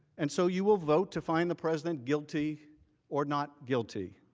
and so, you will vote to find the president guilty or not guilty.